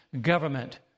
government